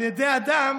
על ידי אדם